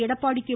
Edappadi K